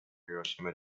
hiroshima